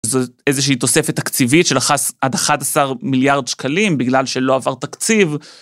איזושהי תוספת תקציבית של עד 11 מיליארד שקלים, בגלל שלא עבר תקציב.